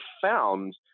found